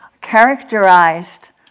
characterized